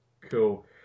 Cool